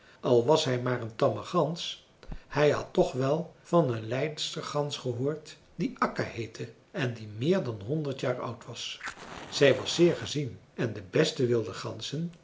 al was hij maar een tamme gans hij had toch wel van een leidstergans gehoord die akka heette en die meer dan honderd jaar oud was zij was zeer gezien en de beste wilde ganzen